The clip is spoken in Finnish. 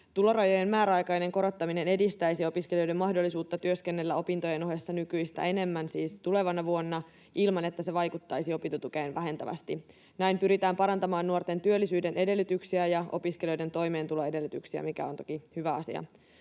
Tulorajojen määräaikainen korottaminen edistäisi opiskelijoiden mahdollisuutta työskennellä opintojen ohessa nykyistä enemmän, siis tulevana vuonna, ilman että se vaikuttaisi opintotukeen vähentävästi. Näin pyritään parantamaan nuorten työllisyyden edellytyksiä ja opiskelijoiden toimeentuloedellytyksiä, mikä on toki hyvä asia.